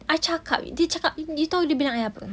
I cakap dia cakap you tahu dia bilang I apa